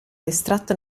estratto